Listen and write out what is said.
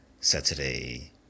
Saturday